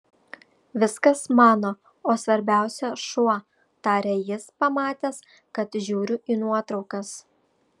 viskas mano o svarbiausia šuo tarė jis pamatęs kad žiūriu į nuotraukas